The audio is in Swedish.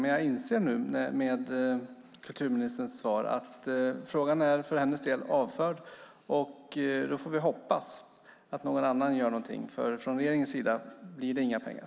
Men jag inser nu i och med kulturministerns svar att frågan för hennes del är avförd. Nu får vi hoppas att någon annan gör någonting, för från regeringens sida blir det inga pengar.